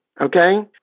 okay